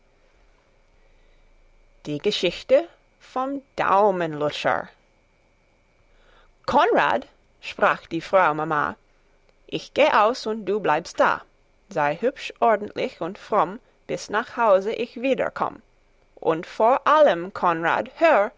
die geschichte vom daumenlutscher konrad sprach die frau mama ich geh aus und du bleibst da sei hübsch ordentlich und fromm bis nach haus ich wieder komm und vor allem